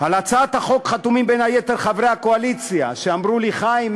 על הצעת החוק חתומים בין היתר חברי הקואליציה שאמרו לי: חיים,